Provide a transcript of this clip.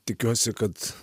tikiuosi kad